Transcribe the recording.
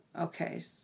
Okay